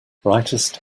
brightest